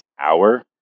hour